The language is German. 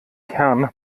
herrn